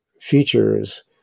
features